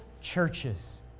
churches